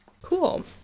Cool